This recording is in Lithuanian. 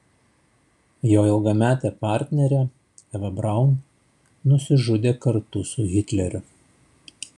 jo ilgametė partnerė eva braun nusižudė kartu su hitleriu